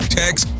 text